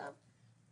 אגב,